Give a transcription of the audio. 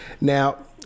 Now